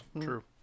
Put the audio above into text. true